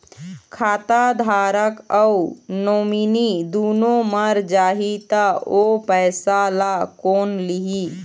खाता धारक अऊ नोमिनि दुनों मर जाही ता ओ पैसा ला कोन लिही?